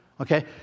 okay